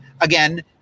Again